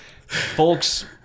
folks